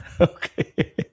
Okay